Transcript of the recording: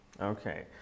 Okay